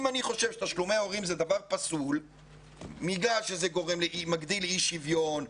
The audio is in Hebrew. אם אני חושב שתשלומי ההורים זה דבר פסול בגלל שזה מגדיל אי שוויון,